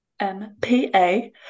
M-P-A